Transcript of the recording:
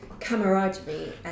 camaraderie